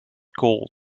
gold